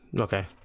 okay